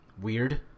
weird